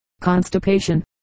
Constipation